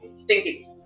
stinky